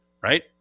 right